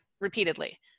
repeatedly